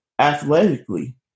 athletically